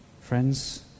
Friends